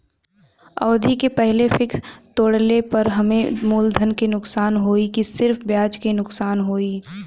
अवधि के पहिले फिक्स तोड़ले पर हम्मे मुलधन से नुकसान होयी की सिर्फ ब्याज से नुकसान होयी?